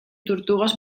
tortugues